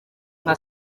nka